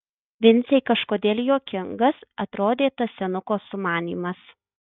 vincei kažkodėl juokingas atrodė tas senuko sumanymas